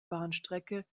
bahnstrecke